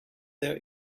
their